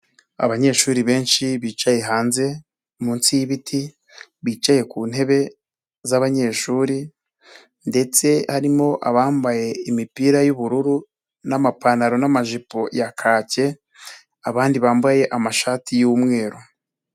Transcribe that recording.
Abanyeshuri benshi bicaye hanze munsi y'ibiti bicaye ku ntebe zabanyeshuri ndetse harimo abambaye imipira y'ubururu n'amapantaro n'amajipo ya kake abandi bambaye amashati y'umweru.